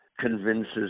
convinces